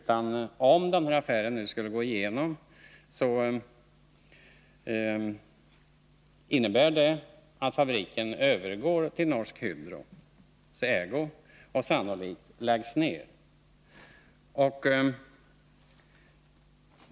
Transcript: Skulle den här affären gå igenom, innebär det att fabriken övergår i Norsk Hydros ägo och sannolikt läggs ned.